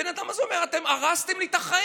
הבן אדם הזה אומר: אתם הרסתם לי את החיים,